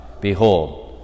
Behold